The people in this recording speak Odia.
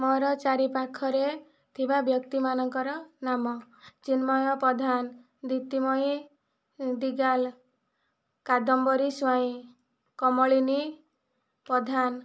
ମୋର ଚାରି ପାଖରେ ଥିବା ବ୍ୟକ୍ତି ମାନଙ୍କର ନାମ ଚିନ୍ମୟ ପଧାନ ଦିପ୍ତିମୟୀ ଦିଗାଲ କାଦମ୍ବରୀ ସ୍ୱାଇଁ କମଳିନୀ ପଧାନ